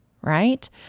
right